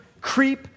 creep